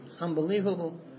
unbelievable